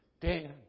Dan